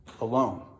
alone